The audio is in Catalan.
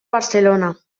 barcelona